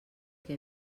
que